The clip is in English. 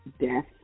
death